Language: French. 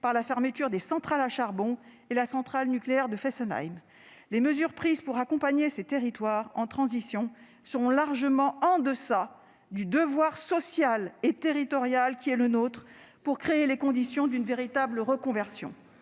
par la fermeture des centrales à charbon et de la centrale nucléaire de Fessenheim. Les mesures prises pour accompagner ces territoires en transition sont largement en deçà du devoir social et territorial qui est le nôtre, celui de créer les conditions d'une véritable reconversion.